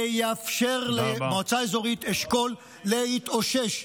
וזה יאפשר למועצה האזורית אשכול להתאושש.